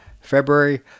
February